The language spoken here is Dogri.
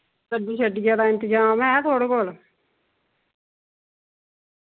गड्डी शड्डिये दा इंतजाम है थोआड़े कोल